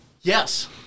Yes